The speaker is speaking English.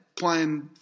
Playing